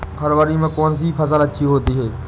फरवरी में कौन सी फ़सल अच्छी होती है?